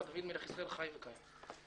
אני אומר לך באחריות, יש לך ולנו על מי לסמוך.